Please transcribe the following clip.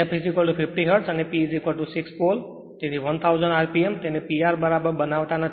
f 50 hertz અને P 6 pole તેથી 1000 rpm તેને p r બરાબર બનાવતા નથી